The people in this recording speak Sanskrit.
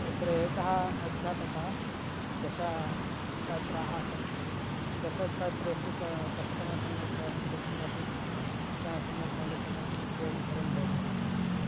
तत्र एकः अध्यापकः दश छात्राः आसन् दशच्छात्रेषु क कश्चन सम्यक् लिखन् आसीत् कश्चन सम्यक् न लिखन् आसीत् इत्येवं सर्वं भवति स्म